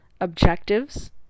objectives